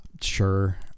sure